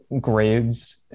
grades